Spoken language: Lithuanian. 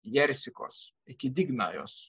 jersikos iki dignajos